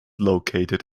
located